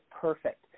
perfect